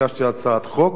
הגשתי הצעת חוק.